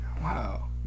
Wow